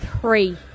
Three